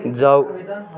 जाऊ